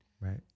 Right